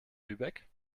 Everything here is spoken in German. lübeck